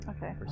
Okay